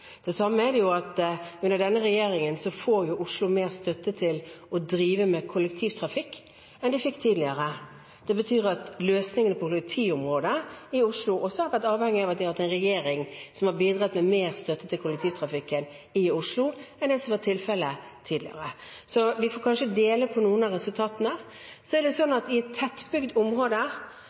samme måte er det når Oslo under denne regjeringen får mer støtte til å drive med kollektivtrafikk enn de fikk tidligere. Det betyr at løsningene på kollektivområdet i Oslo også har vært avhengig av at de har hatt en regjering som har bidratt med mer støtte til kollektivtrafikken i Oslo, enn det som var tilfelle tidligere. Så vi får kanskje dele på noen av resultatene. Så er det slik at i et tettbygd område,